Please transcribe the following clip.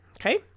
Okay